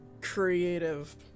creative